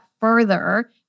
further